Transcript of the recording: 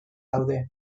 daude